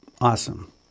awesome